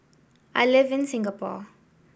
I live in Singapore